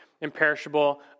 imperishable